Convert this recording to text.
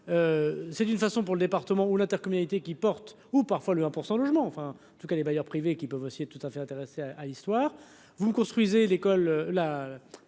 c'est une façon pour le département où l'intercommunalité qui porte ou parfois le 1 % logement, enfin en tout cas les bailleurs privés, qui peuvent aussi tout à fait intéressé à l'histoire, vous construisez l'école